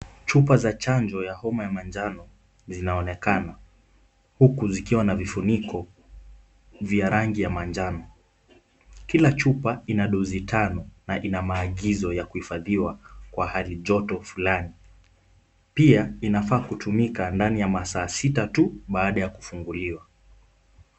Chupa za chanjo ya homa ya manjano zinzonekana huku zikiwa na vifuniko vya rangi ya manjano. Kila chupa inadozi tano na ina maelezo ya kuhifadhiwa kwa hali joto fulani. Pia inafaa kutumika ndani ya masaa sita tu baada ya kufunguliwa.